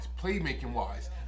playmaking-wise